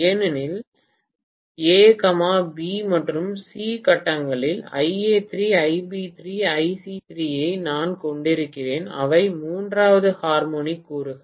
ஏனென்றால் A B மற்றும் C கட்டங்கள் Ia3 Ib3 Ic3 ஐ நான் கொண்டிருக்கிறேன் அவை மூன்றாவது ஹார்மோனிக் கூறுகள்